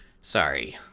Sorry